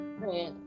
Right